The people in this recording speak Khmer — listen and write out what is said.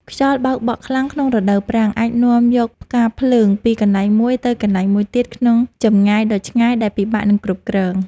ខ្យល់បោកបក់ខ្លាំងក្នុងរដូវប្រាំងអាចនាំយកផ្កាភ្លើងពីកន្លែងមួយទៅកន្លែងមួយទៀតក្នុងចម្ងាយដ៏ឆ្ងាយដែលពិបាកនឹងគ្រប់គ្រង។